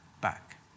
back